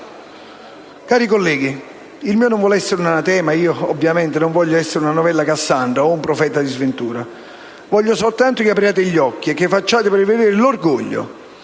Cari colleghi, il mio non vuole essere un anatema e io non voglio essere una novella Cassandra o un profeta di sventura. Voglio soltanto che apriate gli occhi, che facciate prevalere l'orgoglio